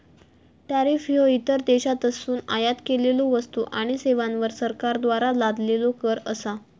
tariff ह्यो इतर देशांतसून आयात केलेल्यो वस्तू आणि सेवांवर सरकारद्वारा लादलेलो कर असा